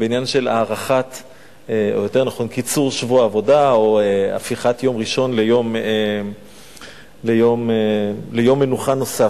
בעניין של קיצור שבוע העבודה או הפיכת יום ראשון ליום מנוחה נוסף.